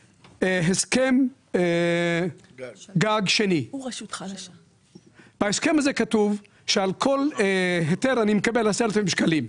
בהסכם הגג שלי כתוב שעל כל היתר אני מקבל 10,000 שקלים.